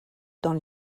dans